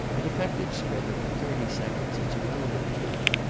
it affected strether for thirty seconds as a relevant truth,